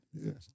Yes